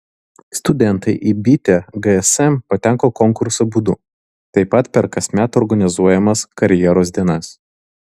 studentai į bitę gsm patenka konkursų būdu taip pat per kasmet organizuojamas karjeros dienas